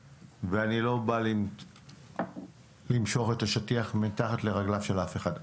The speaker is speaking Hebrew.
ואני לא בא למשוך את השטיח מתחת לרגליו של אף אחד.